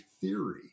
theory